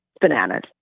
Bananas